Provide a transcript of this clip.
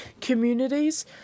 communities